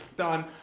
done.